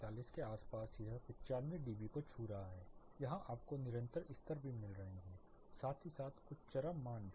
645 के आस पास यह 95 dB को छू रहा है यहाँ आपको निरंतर स्तर भी मिल रहे हैं साथ ही साथ कुछ चरम मान भी